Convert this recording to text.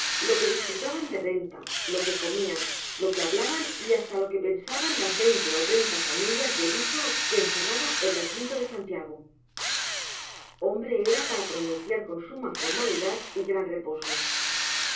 lo que disfrutaban de renta lo que comían lo que hablaban y hasta lo que pensaban las veinte o treinta familias de viso que encerraba el recinto de santiago hombre era para pronunciar con suma formalidad y gran reposo